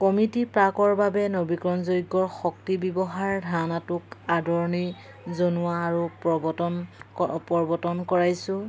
committee প্ৰাকৰ বাবে নবীকৰণযজোগ্য শক্তি ব্যৱহাৰ ধাৰণাটোক আদৰণি জনোৱা আৰু প্ৰৱৰ্তন কৰাইছোঁ